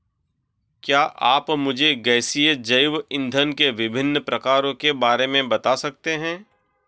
क्या आप मुझे गैसीय जैव इंधन के विभिन्न प्रकारों के बारे में बता सकते हैं?